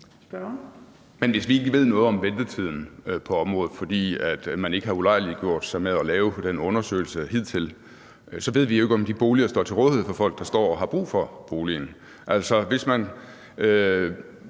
Men hvis vi ikke ved noget om ventetiden på området, fordi man hidtil ikke har ulejliget sig med at lave den undersøgelse, ved vi jo ikke, om de boliger står til rådighed for folk, der står og har brug for boligen.